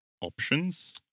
options